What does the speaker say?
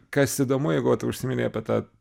kas įdomu jeigu vat užsiminei apie tą